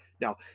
Now